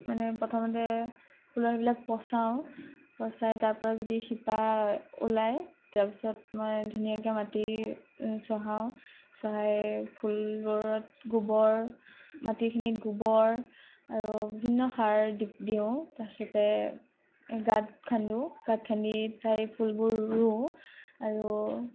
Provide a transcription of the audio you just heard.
মানে প্ৰথমতে ফুলৰ সেইবিলাক পচাওঁ পচাই তাৰপৰা যদি শিপা ওলাই তাৰপাছত মই ধুনীয়াকৈ মাটি চহাওঁ চহাই ফুলবোৰত গোবৰ মাটিখিনিত গোবৰ আৰু বিভিন্ন সাৰ দি দিওঁ তাৰপিছতে গাঁত খান্দো গাঁত খান্দি তাত ফুলবোৰ ৰুওঁ আৰু